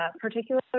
particularly